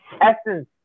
essence